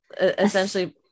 essentially